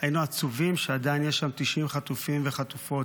היינו עצובים שעדיין יש שם 90 חטופים וחטופות.